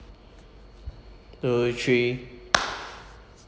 two three